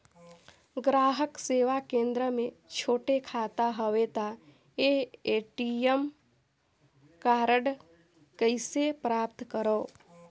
ग्राहक सेवा केंद्र मे छोटे खाता हवय त ए.टी.एम कारड कइसे प्राप्त करव?